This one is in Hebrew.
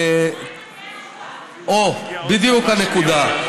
או, בדיוק הנקודה.